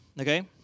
Okay